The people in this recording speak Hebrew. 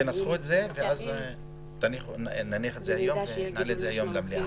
תנסחו את זה ואז נניח את זה היום ונעלה למליאה.